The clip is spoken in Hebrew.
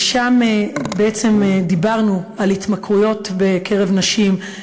ששם בעצם דיברנו על התמכרויות בקרב נשים,